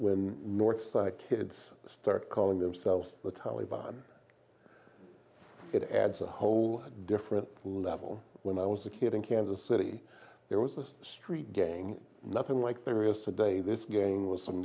when northside kids start calling themselves the taliban it adds a whole different level when i was a kid in kansas city there was this street gang nothing like there is today this was some